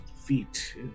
feet